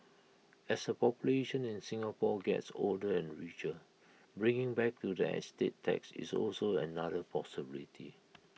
as the population in Singapore gets older and richer bringing back to the estate tax is also another possibility